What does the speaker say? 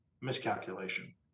miscalculation